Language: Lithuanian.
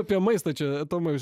apie maistą čia tomai